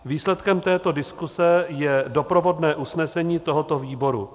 Výsledkem této diskuse je doprovodné usnesení tohoto výboru.